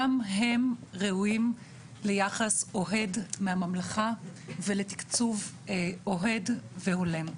גם הם ראויים ליחס אוהד מהממלכה ולתקצוב אוהד והולם.